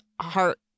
heart